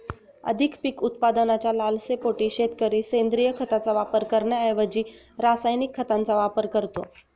अधिक पीक उत्पादनाच्या लालसेपोटी शेतकरी सेंद्रिय खताचा वापर करण्याऐवजी रासायनिक खतांचा वापर करतो